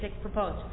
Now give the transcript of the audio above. proposed